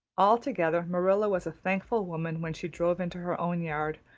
altogether, marilla was a thankful woman when she drove into her own yard,